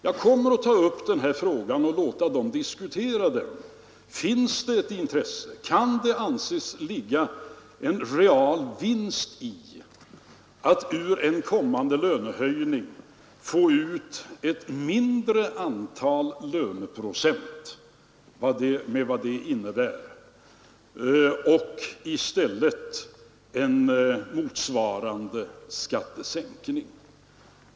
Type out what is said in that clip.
Jag kommer att låta dem diskutera för att se om det finns något intresse och om det kan anses ligga någon reell vinst i att ur en kommande lönehöjning ta ut ett mindre antal löneprocent, med vad det innebär, och i stället göra en motsvarande skattesänkning.